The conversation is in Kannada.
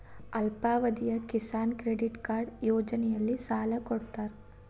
ಅಲ್ಪಾವಧಿಯ ಕಿಸಾನ್ ಕ್ರೆಡಿಟ್ ಕಾರ್ಡ್ ಯೋಜನೆಯಲ್ಲಿಸಾಲ ಕೊಡತಾರ